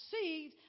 seed